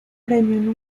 premio